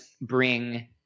bring